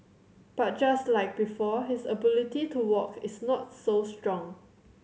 but just like before his ability to walk is not so strong